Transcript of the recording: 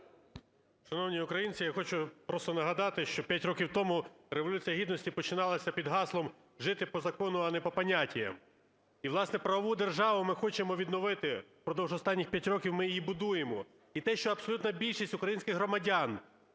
Шановні українці, я хочу просто нагадати, що 5 років тому Революція Гідності починалася під гаслом "Жити по закону, а не попонятіям". І, власне, правову державу ми хочемо відновити, впродовж останніх 5 років ми її будуємо. І те, що абсолютна більшість українських громадян